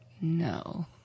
no